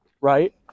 right